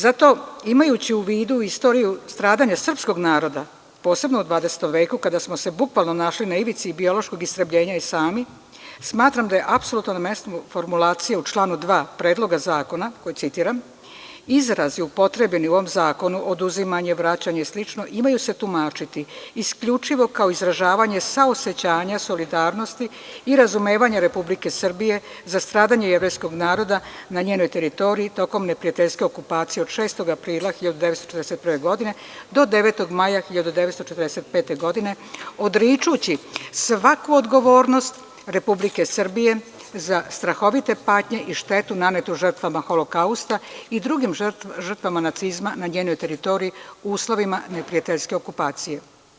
Zato imajući u vidu istoriju stradanja srpskog naroda, posebno u dvadesetom veku kada smo se bukvalno našli na ivici biološkog istrebljenja i sami, smatram da je apsolutno na mestu formulacija u članu 2. Predloga zakona koji citiram – izrazi upotrebljeni u ovom zakonu oduzimanje, vraćanje i slično imaju se tumačiti isključivo kao izražavanje saosećanja, solidarnosti i razumevanja Republike Srbije za stradanje jevrejskog naroda na njenoj teritoriji tokom neprijateljske okupacije od 6. aprila 1941. godine do 9. maja 1945. godine odričući svaku odgovornost Republike Srbije za strahovite patnje i štetu nanetu žrtvama holokausta i drugim žrtvama nacizma na njenoj teritoriji u uslovima neprijateljske okupacije.